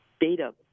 data